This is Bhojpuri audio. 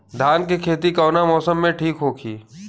धान के खेती कौना मौसम में ठीक होकी?